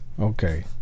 Okay